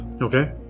Okay